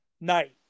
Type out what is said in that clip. night